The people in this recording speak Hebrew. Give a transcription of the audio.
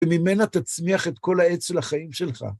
וממנה תצמיח את כל העץ של החיים שלך.